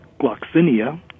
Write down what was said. gloxinia